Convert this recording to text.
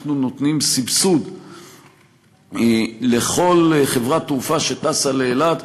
אנחנו נותנים סבסוד לכל חברת תעופה שטסה לאילת,